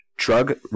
Drug